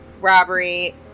robbery